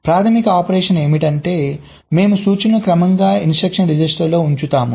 ప్రాథమిక ఆపరేషన్ ఏమిటంటే మేము సూచనలను క్రమంగా ఇన్స్ట్రక్షన్ రిజిస్టర్లో ఉంచుతాము